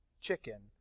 chicken